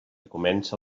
comença